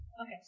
Okay